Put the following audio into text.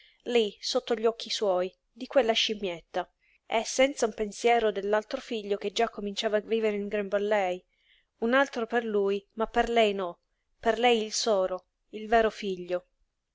lí sotto gli occhi suoi di quella scimmietta e senza un pensiero dell'altro figlio che già cominciava a vivere in grembo a lei un altro per lui ma per lei no per lei il solo il vero figlio